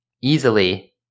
easily